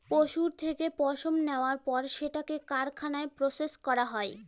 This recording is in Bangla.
পশুর থেকে পশম নেওয়ার পর সেটাকে কারখানায় প্রসেস করা হয়